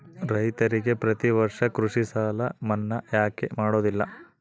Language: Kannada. ರೈತರಿಗೆ ಪ್ರತಿ ವರ್ಷ ಕೃಷಿ ಸಾಲ ಮನ್ನಾ ಯಾಕೆ ಮಾಡೋದಿಲ್ಲ?